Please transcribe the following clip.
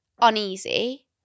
uneasy